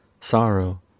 sorrow